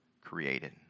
created